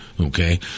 okay